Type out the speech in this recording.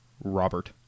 Robert